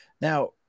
Now